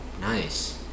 Nice